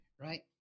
Right